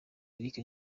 eric